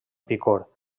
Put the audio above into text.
picor